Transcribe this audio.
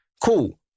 Cool